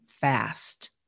fast